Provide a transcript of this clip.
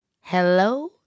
Hello